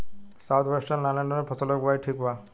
South western lowland में फसलों की बुवाई ठीक बा?